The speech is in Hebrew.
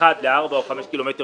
קילומטר אחד לארבעה או חמישה קילומטרים